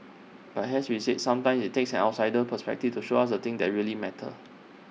but as we said sometimes IT takes an outsider's perspective to show us the things that really matter